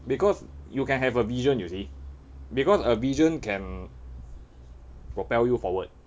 because you can have a vision you see because a vision can propel you forward